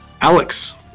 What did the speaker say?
Alex